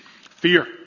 Fear